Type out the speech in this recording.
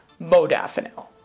modafinil